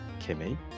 Kimmy